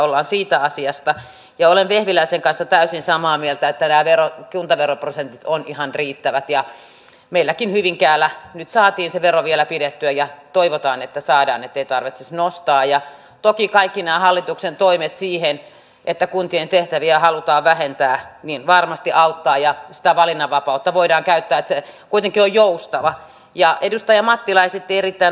se lisäisi liikenneturvallisuutta ja olen vehviläisen kanssa täysin samaa mieltä että jää totta kai myös toisi kustannuksia alaspäin teollisuudelle joka sitten esimerkiksi hangon satamaa voisi paremmin käyttää ja toivotaan että saadaan ettei tarvitsisi logistisella ketjulla operoida jolloin myös tulemme siihen että tämä olisi varmasti monelle sellaiselle yritykselle joka tekee ulkomaankauppaa toimii vientisektorilla myös kustannuskilpailukykyä parantava hanke